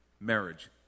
marriage